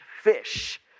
fish